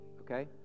okay